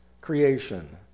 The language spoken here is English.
creation